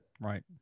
Right